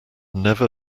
never